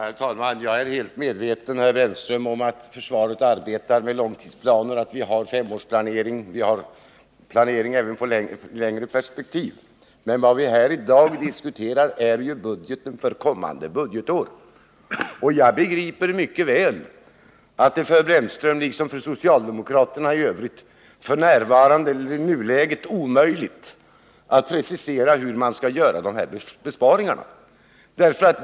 Herr talman! Jag är fullt medveten, Roland Brännström, om att försvaret arbetar med långtidsplaner och att det finns en femårsplanering. Men vad vi här i dag diskuterar är ju budgeten för det kommande budgetåret. Jag begriper mycket väl att det för Roland Brännström liksom för övriga socialdemokrater i nuläget är omöjligt att precisera hur dessa besparingar skall göras.